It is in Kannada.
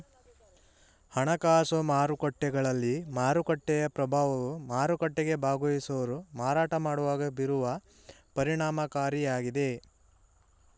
ಹಣಕಾಸು ಮಾರುಕಟ್ಟೆಗಳಲ್ಲಿ ಮಾರುಕಟ್ಟೆಯ ಪ್ರಭಾವವು ಮಾರುಕಟ್ಟೆಗೆ ಭಾಗವಹಿಸುವವರು ಮಾರಾಟ ಮಾಡುವಾಗ ಬೀರುವ ಪರಿಣಾಮಕಾರಿಯಾಗಿದೆ